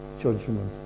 judgment